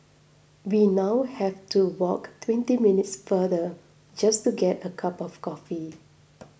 we now have to walk twenty minutes farther just to get a cup of coffee